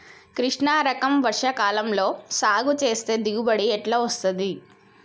కృష్ణ రకం వర్ష కాలం లో సాగు చేస్తే దిగుబడి ఎట్లా ఉంటది?